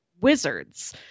wizards